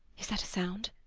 is that a sound?